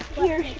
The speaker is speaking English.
here.